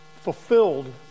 fulfilled